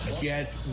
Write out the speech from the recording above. get